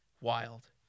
wild